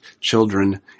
children